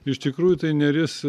iš tikrųjų tai neris